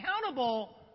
accountable